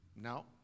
No